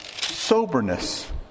soberness